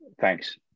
Thanks